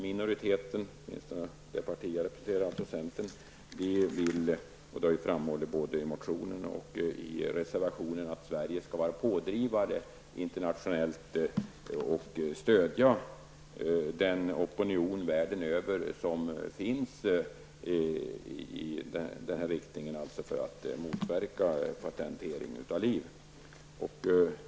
Minoriteten, åtminstone det parti som jag representerar, centern, vill att Sverige skall vara en pådrivare internationellt och stödja den opinion som finns världen över för att motverka patentering av liv. Detta har vi framhållit både i motionen och i reservationen.